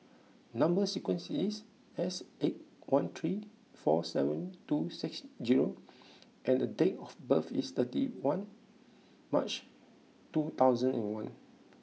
number sequence is S eight one three four seven two six zero and date of birth is thirty one March two thousand and one